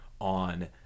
on